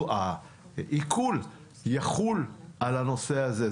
שהעיקול יחול על הנושא הזה.